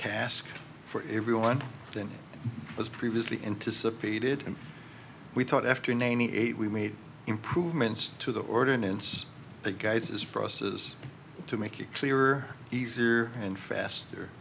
task for everyone than was previously anticipated and we thought after ninety eight we made improvements to the ordinance that guides this process to make it clear easier and faster